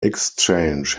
exchange